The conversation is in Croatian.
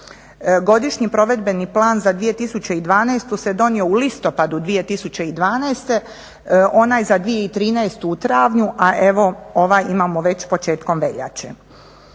Godišnji provedbeni plan za 2012.se donio u listopadu 2012.onaj za 2013.u travnju a evo ovaj imamo već početkom veljače.